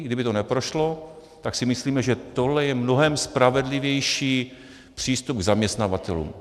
Kdyby to neprošlo, tak si myslíme, že tohle je mnohem spravedlivější přístup k zaměstnavatelům.